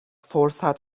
فرصت